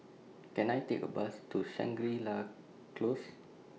Can I Take A Bus to Shangri La Close